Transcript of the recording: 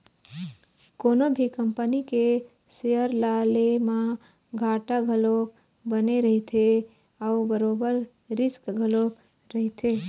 कोनो भी कंपनी के सेयर ल ले म घाटा घलोक बने रहिथे अउ बरोबर रिस्क घलोक रहिथे